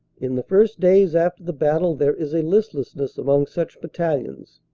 in the first days after the battle there is a listlessness among such battalions.